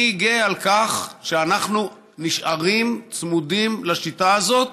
אני גאה על כך שאנחנו נשארים צמודים לשיטה הזאת,